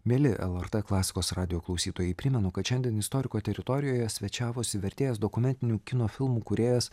mieli lrt klasikos radijo klausytojai primenu kad šiandien istoriko teritorijoje svečiavosi vertėjas dokumentinių kino filmų kūrėjas